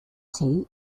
tea